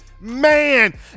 man